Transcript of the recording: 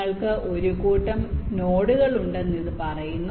നിങ്ങൾക്ക് ഒരു കൂട്ടം നോഡുകൾ ഉണ്ടെന്ന് ഇത് പറയുന്നു